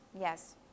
Yes